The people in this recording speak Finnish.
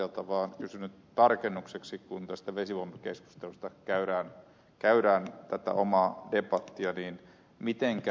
ahteelta vaan kysynyt tarkennukseksi kun tästä vesivoimakeskustelusta käydään tätä omaa debattia mitenkä ed